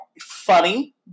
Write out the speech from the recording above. funny